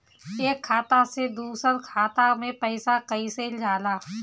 एक खाता से दूसर खाता मे पैसा कईसे जाला?